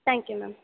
thank you ma'am